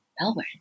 Melbourne